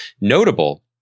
notable